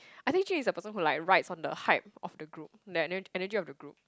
I think Jun-Yi is the person who like rides on the hype of the group the e~ energy of the group